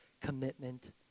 commitment